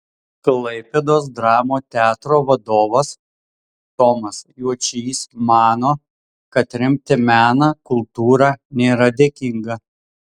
klaipėdos dramos teatro vadovas tomas juočys mano kad remti meną kultūrą nėra dėkinga